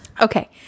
Okay